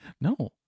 No